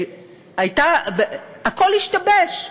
הכול השתבש,